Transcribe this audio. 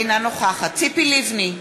אינה נוכחת ציפי לבני,